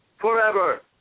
forever